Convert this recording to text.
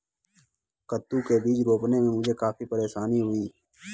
कद्दू के बीज रोपने में मुझे काफी परेशानी हुई